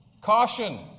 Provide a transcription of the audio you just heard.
caution